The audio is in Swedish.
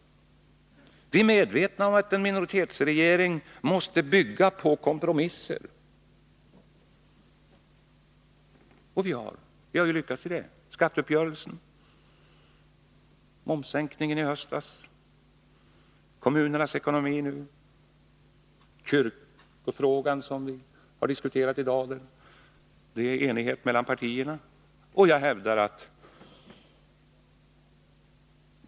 Vi är medvetna om att en minoritetsregering måste bygga på kompromisser. Och vi har ju lyckats med det — när det gäller skatteuppgörelsen, momssänkningen i höstas, kommunernas ekonomi nu, kyrkofrågan som vi har diskuterat i dag. Det råder enighet mellan partierna.